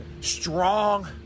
strong